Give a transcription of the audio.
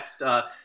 next